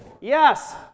yes